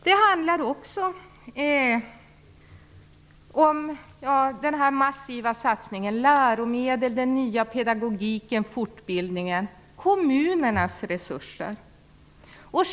Det handlar också om den massiva satsningen på läromedel, den nya pedagogiken och fortbildningen. Det gäller kommunernas resurser.